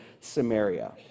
Samaria